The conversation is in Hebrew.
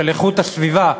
של איכות הסביבה,